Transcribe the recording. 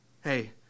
hey